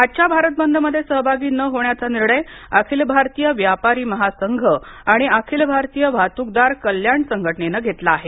आजच्या भारत बंद मध्ये सहभागी न होण्याचा निर्णय अखिल भारतीय व्यापारी महासंघ आणि अखिल भारतीय वाहतूकदार कल्याण संघटनेनं घेतला आहे